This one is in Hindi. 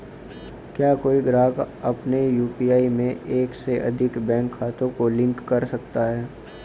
क्या कोई ग्राहक अपने यू.पी.आई में एक से अधिक बैंक खातों को लिंक कर सकता है?